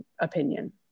opinion